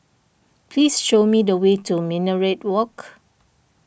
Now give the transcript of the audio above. please show me the way to Minaret Walk